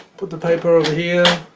put the paper over here